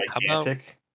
gigantic